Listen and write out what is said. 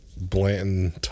Blanton